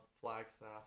Flagstaff